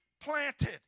planted